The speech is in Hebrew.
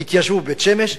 הם התיישבו בבית-שמש,